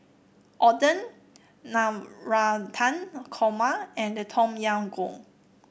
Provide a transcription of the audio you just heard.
Oden Navratan Korma and Tom Yam Goong